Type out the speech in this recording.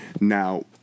now